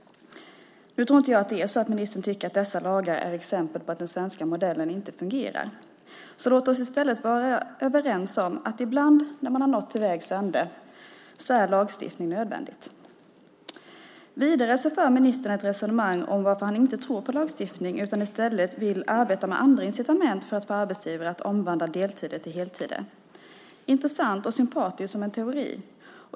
Nu tror jag inte att det är så att ministern tycker att dessa lager är exempel på att den svenska modellen inte fungerar. Låt oss i stället vara överens om att ibland, när man har nått till vägs ände, så är lagstiftning nödvändigt. Vidare för ministern ett resonemang om varför han inte tror på lagstiftning utan i stället vill arbeta med andra incitament för att få arbetsgivare att omvandla deltider till heltider. Det är intressant och sympatiskt som en teori.